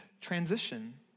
transition